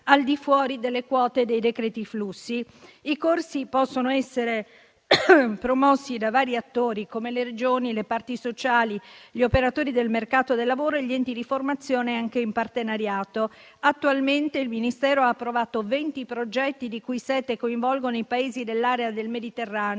al di fuori delle quote dei decreti flussi. I corsi possono essere promossi da vari attori, come le Regioni e le parti sociali, gli operatori del mercato del lavoro e gli enti di formazione, anche in partenariato. Attualmente il Ministero ha approvato venti progetti, di cui sette coinvolgono i Paesi dell'area del Mediterraneo,